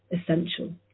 essential